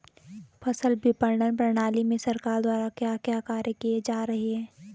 फसल विपणन प्रणाली में सरकार द्वारा क्या क्या कार्य किए जा रहे हैं?